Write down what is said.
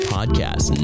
Podcast